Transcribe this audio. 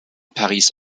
paris